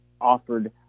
offered